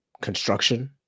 construction